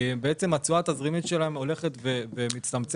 התשואה התזרימית שלהם הולכת ומצטמצמת